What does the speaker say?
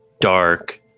dark